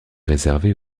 réservé